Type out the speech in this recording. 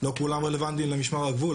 לא כולם רלוונטיים למשמר הגבול,